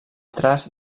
traç